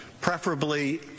preferably